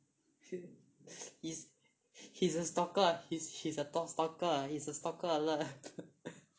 he's he's a stalker he's he's a stalker he is a stalker alert